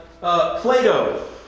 Plato